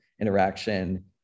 interaction